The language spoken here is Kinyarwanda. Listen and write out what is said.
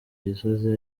gisozi